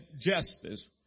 justice